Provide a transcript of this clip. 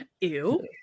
Ew